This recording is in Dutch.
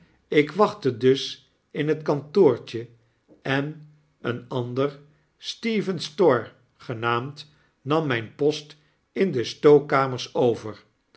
ik wachtte dus in het kantoortje en een ander steven storr genaamd nam myn post in de stookkamers over